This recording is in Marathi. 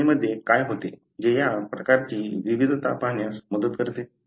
DNA मध्ये काय होते जे या प्रकारची विविधता पाहण्यास मदत करते